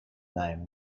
name